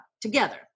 together